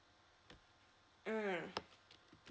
mm